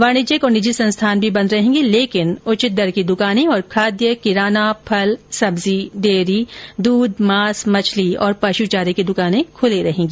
वाणिज्यिक और निजी संस्थान भी बंद रहेंगे लेकिन उचित दर की दुकानें और खाद्य किराना फल सब्जी डेयरी और दूध मांस मछली और पशु चारे की दुकानें खुली रहेंगी